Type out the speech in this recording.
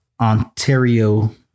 Ontario